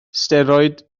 steroid